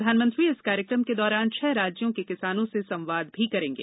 प्रधानमंत्री इस कार्यक्रम के दौरान छह राज्यों के किसानों से संवाद भी करेंगे